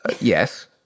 Yes